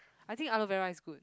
I think aloe vera is good